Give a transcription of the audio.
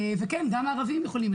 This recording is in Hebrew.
וכן, גם ערבים יכולים.